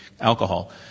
alcohol